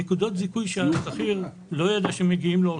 נקודות זיכוי שהשכיר לא יודע שמגיעים לו או